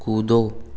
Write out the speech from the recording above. कूदो